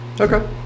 okay